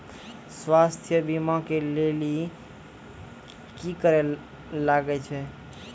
स्वास्थ्य बीमा के लेली की करे लागे छै?